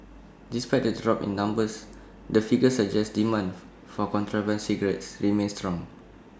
despite the drop in numbers the figures suggest demand for contraband cigarettes remains strong